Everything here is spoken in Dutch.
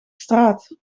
straat